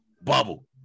bubble